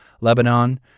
Lebanon